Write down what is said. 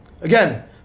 Again